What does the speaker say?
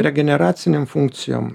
regeneracinėm funkcijom